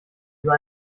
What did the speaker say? über